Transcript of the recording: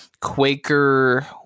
Quaker